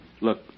Look